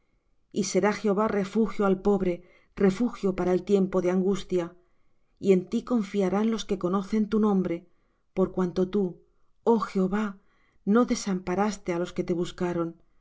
y será jehová refugio al pobre refugio para el tiempo de angustia y en ti confiarán los que conocen tu nombre por cuanto tú oh jehová no desamparaste á los que te buscaron